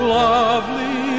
lovely